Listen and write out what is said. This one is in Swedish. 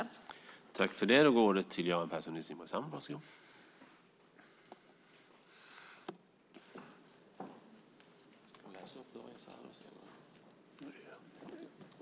Då Börje Vestlund, som framställt interpellationen, anmält att han var förhindrad att närvara vid sammanträdet medgav förste vice talmannen att Göran Persson i Simrishamn i stället fick delta i överläggningen.